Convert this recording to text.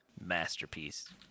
masterpiece